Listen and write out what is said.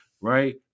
Right